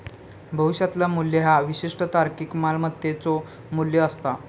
भविष्यातला मू्ल्य ह्या विशिष्ट तारखेक मालमत्तेचो मू्ल्य असता